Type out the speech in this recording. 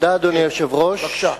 אדוני, בבקשה,